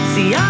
See